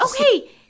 Okay